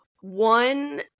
One